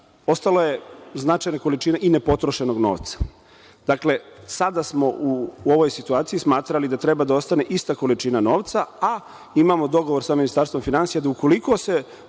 Ostala je značajna količina i nepotrošenog novca. Dakle, sada smo u ovoj situaciji smatrali da treba da ostane ista količina novca, a imamo dogovor sa Ministarstvom finansija da ukoliko se